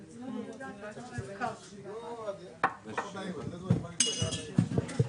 עבור מרכזי הקליטה?